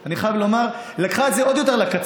אני חייב לומר שהממשלה הזאת לקחה את זה עוד יותר לקצה.